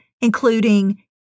including